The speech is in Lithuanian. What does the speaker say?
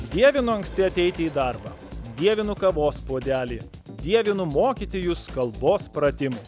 dievinu anksti ateiti į darbą dievinu kavos puodelį dievinu mokyti jus kalbos pratimų